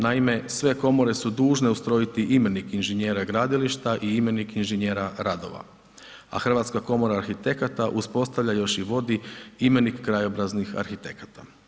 Naime, sve komore su dužne ustrojiti imenik inženjera gradilišta i imenik inženjera radova a Hrvatska komora arhitekata uspostavlja još i vodi imenik krajobraznih arhitekata.